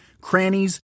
crannies